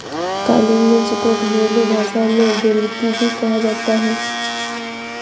काली मिर्च को घरेलु भाषा में गोलकी भी कहा जाता है